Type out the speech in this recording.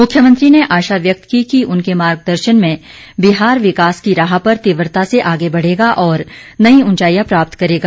मुख्यमंत्री ने आशा व्यक्त की कि उनके मार्गदर्शन में बिहार विकास की राह पर तीव्रता से आगे बढ़ेगा और नई ऊंचाईयां प्राप्त करेगा